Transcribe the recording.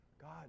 God